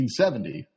1970